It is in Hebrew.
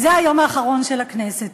זה היום האחרון של הכנסת.